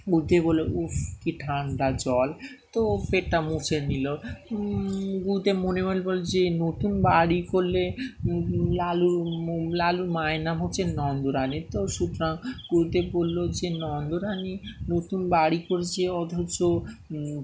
উঠে বলল উফ ঠান্ডা জল তো পেটটা মুছে নিল গঁতে মনে মনে বল যে নতুন বাড়ি করলে লালু লালুর মায়ের নাম হচ্ছে নন্দ রানী তো সুতরাং গুরুদেব বললো যে নন্দরানী নতুন বাড়ি করছে অথচ